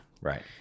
Right